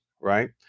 right